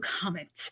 comments